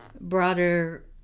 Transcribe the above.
broader